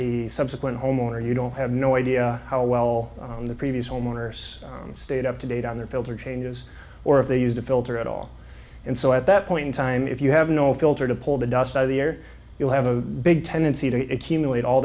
your subsequent homeowner you don't have no idea how well the previous homeowners stayed up to date on their filter changes or if they used a filter at all and so at that point in time if you have no filter to pull the dust out of the air you have a big tendency to accumulate all